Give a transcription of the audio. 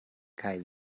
kaj